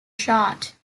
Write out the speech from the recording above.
shot